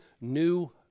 new